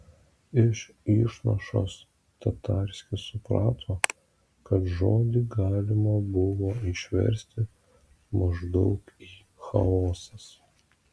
iš išnašos tatarskis suprato kad žodį galima buvo išversti maždaug į chaosas